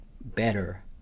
better